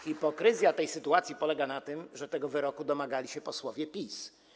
Hipokryzja tej sytuacji polega na tym, że tego wyroku domagali się posłowie PiS.